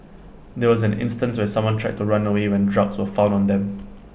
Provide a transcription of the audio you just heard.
there was an instance where someone tried to run away when drugs were found on them